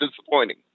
disappointing